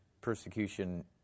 persecution